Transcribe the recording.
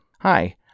Hi